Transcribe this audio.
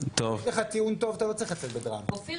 אופיר,